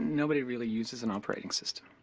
nobody really uses an operating system,